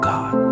God